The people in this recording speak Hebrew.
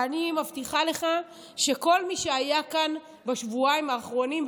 ואני מבטיחה לך שכל מי שהיה כאן בשבועיים האחרונים,